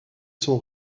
sont